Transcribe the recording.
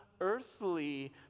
earthly